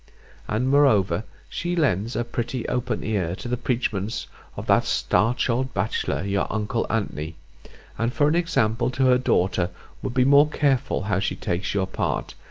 and moreover she lends a pretty open ear to the preachments of that starch old bachelor your uncle antony and for an example to her daughter would be more careful how she takes your part,